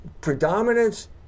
predominance